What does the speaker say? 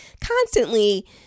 constantly